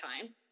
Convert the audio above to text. time